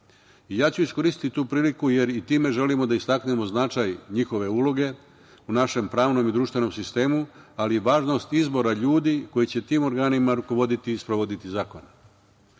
radom. Iskoristiću tu priliku, jer i time želimo da istaknemo značaj njihove uloge u našem pravnom i društvenom sistemu, ali i važnost izbora ljudi koji će tim organima rukovoditi i sprovoditi zakone. Ovoga